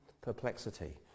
perplexity